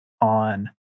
on